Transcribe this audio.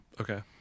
Okay